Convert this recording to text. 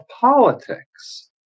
politics